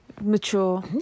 mature